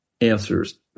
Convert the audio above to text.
answers